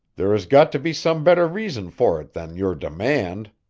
there has got to be some better reason for it than your demand,